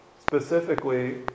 Specifically